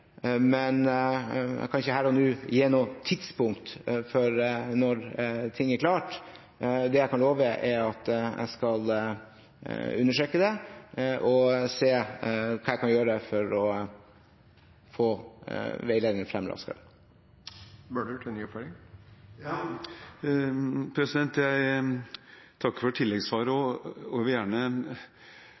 Jeg kan ikke her og nå gi noe tidspunkt for når ting er klart, men jeg kan love at jeg skal undersøke det og se hva jeg kan gjøre for å få fram veiledningen raskere. Jeg takker for tilleggssvaret og vil gjerne også vise til at jeg